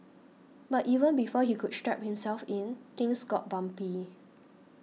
but even before he could strap himself in things got bumpy